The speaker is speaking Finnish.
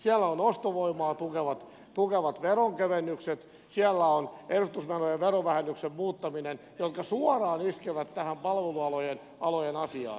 siellä on ostovoimaa tukevat veronkevennykset ja edustusmenojen verovähennyksen muuttaminen jotka suoraan iskevät tähän palvelualojen asiaan